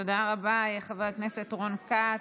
תודה רבה, חבר הכנסת רון כץ,